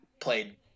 played